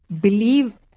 believe